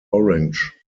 orange